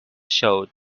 showed